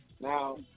Now